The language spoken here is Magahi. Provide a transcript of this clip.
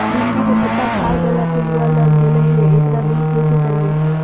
भिंडी के पत्ता खाए बाला पिलुवा लग गेलै हैं, एकरा दूर कैसे करियय?